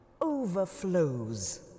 overflows